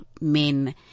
men